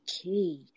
Okay